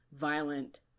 violent